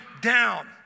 down